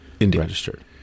registered